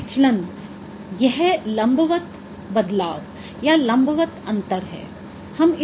तो विचलन यह लंबवत बदलाव या लंबवत अंतर है